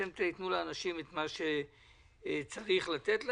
אתם תתנו לאנשים את מה שצריך לתת להם,